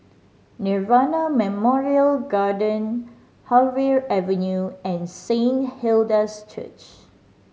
Nirvana Memorial Garden Harvey Avenue and Saint Hilda's Church